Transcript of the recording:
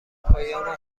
پایان